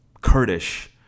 Kurdish